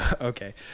Okay